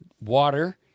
water